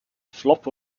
flop